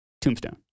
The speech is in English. Tombstone